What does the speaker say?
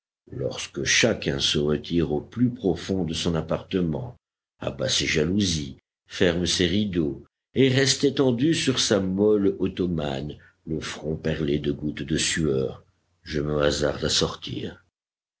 lorsque chacun se retire au plus profond de son appartement abat ses jalousies ferme ses rideaux et reste étendu sur sa molle ottomane le front perlé de gouttes de sueur je me hasarde à sortir